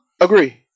Agree